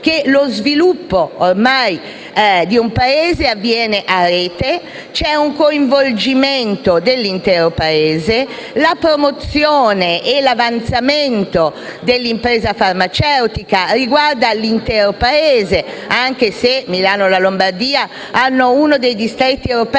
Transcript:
lo sviluppo di un Paese avviene a rete; vi è dunque un coinvolgimento dell'intero Paese, la promozione e l'avanzamento dell'impresa farmaceutica riguarda l'intero Paese, anche se Milano e la Lombardia hanno uno dei più importanti